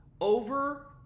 over